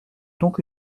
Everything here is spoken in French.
donc